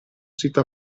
sito